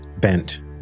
bent